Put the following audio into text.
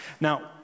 Now